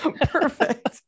perfect